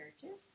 churches